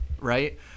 right